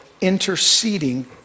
interceding